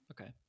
Okay